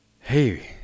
Hey